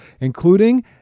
including